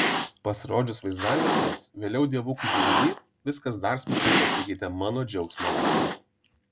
pasirodžius vaizdajuostėms vėliau dievukui dvd viskas dar smarkiau pasikeitė mano džiaugsmo labui